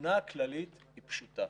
התמונה הכללית היא פשוטה: